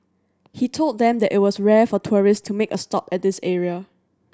he told them that it was rare for tourists to make a stop at this area